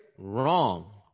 Wrong